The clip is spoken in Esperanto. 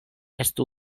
estu